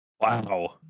Wow